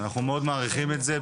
אנחנו מאוד מעריכים את זה,